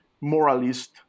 moralist